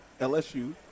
LSU